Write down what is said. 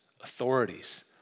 authorities